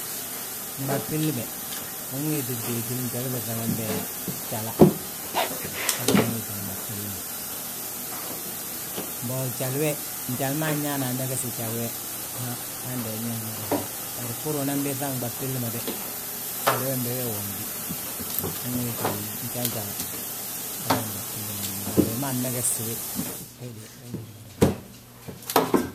Nɓab billi be, unwéeti bwéetini njali ma ubiiŧa bembe jala, habe unwéeti nɓab billi ma. Mbo jali we, njali ma anyaa hana amegesi jali we, han hande ño mada húra. Bari bbúr unan biiŧa nɓab billi ma be, jali wembe wee wi win gíyi. Unwéeti wi njan jala, habe nɓab billi ma ngíyi, bari wi ma anmegesi bi wéde, we de we ño mada húra.